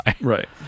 Right